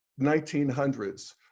1900s